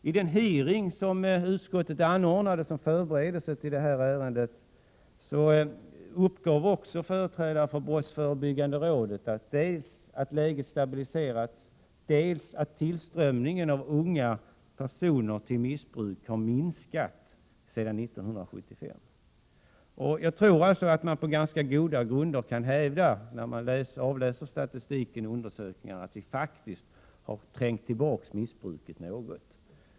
Vid den hearing som utskottet anordnade som förberedelse till det här ärendet uppgav också företrädare för brottsförebyggande rådet dels att läget stabiliserats, dels att tillströmningen av unga personer till missbruk har minskat sedan 1975. Jag tror alltså att man på ganska goda grunder kan hävda, när man läser statistiken och undersökningarna, att vi faktiskt har trängt tillbaka missbruket något.